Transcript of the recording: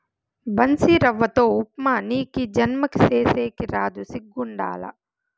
బన్సీరవ్వతో ఉప్మా నీకీ జన్మకి సేసేకి రాదు సిగ్గుండాల